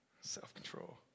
Self-control